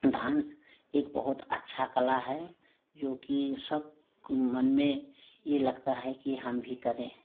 dance एक बहुत अच्छा कला है जो कि सब को मन में ये लगता है कि हम भी करें